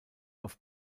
auf